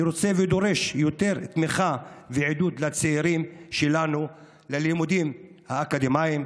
אני רוצה ודורש יותר תמיכה ועידוד לצעירים שלנו ללימודים האקדמיים,